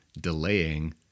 delaying